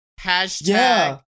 Hashtag